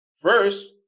First